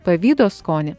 pavydo skonį